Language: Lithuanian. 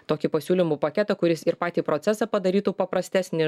tokį pasiūlymų paketą kuris ir patį procesą padarytų paprastesnį